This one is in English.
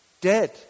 dead